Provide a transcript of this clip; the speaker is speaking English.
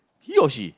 he or she